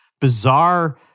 bizarre